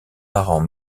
parents